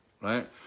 right